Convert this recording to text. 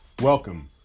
Welcome